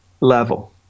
level